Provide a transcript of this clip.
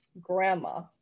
grandma